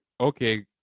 okay